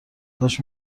کاش